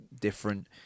different